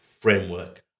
framework